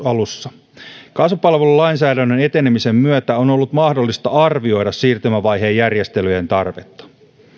alussa kasvupalvelulainsäädännön etenemisen myötä on ollut mahdollista arvioida siirtymävaiheen järjestelyjen tarvetta